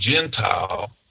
Gentile